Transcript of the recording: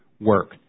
work